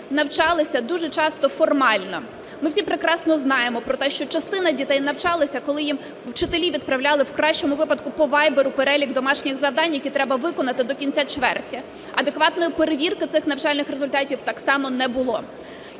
навчалася дуже часто формально. Ми всі прекрасно знаємо про те, що частина дітей навчалася, коли їм вчителі відправляли в кращому випадку по вайберу перелік домашніх завдань, які треба виконати до кінця чверті. Адекватної перевірки цих навчальних результатів так само не було.